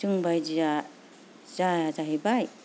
जों बायदिया जाया जाहैबाय